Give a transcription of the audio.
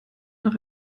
nach